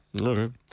Okay